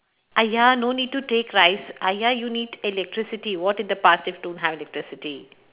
!aiya! no need to take rice !aiya! you need electricity what if the past don't have electricity